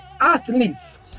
athletes